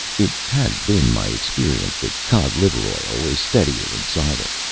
it has been my experience that cod-liver oil is steadier than cider.